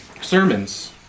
sermons